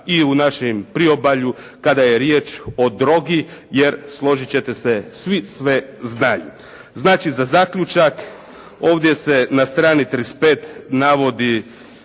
i u našem priobalju kada je riječ o drogi, jer složiti će se, svi sve znaju. Znači za zaključak. Ovdje se na strani 35 navodi